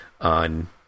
on